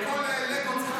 על כל לגו צריך לקבל אישור?